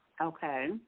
Okay